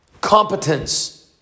competence